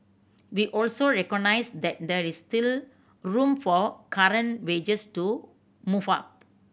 we also recognised that there is still room for current wages to move up